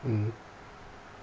mmhmm